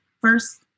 First